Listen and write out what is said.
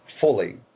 fully